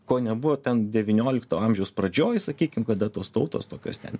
ko nebuvo ten devyniolikto amžiaus pradžioj sakykim kada tos tautos tokios ten